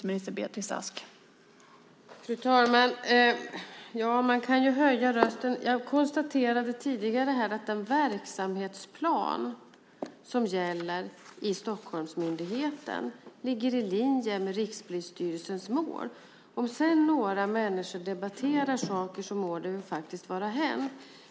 Fru talman! Man kan ju höja rösten. Jag konstaterade tidigare att den verksamhetsplan som gäller i Stockholmsmyndigheten ligger i linje med Rikspolisstyrelsens mål. Om sedan några människor debatterar saker så må det faktiskt vara hänt.